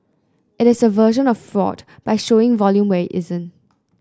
it is a version of fraud by showing volume where it isn't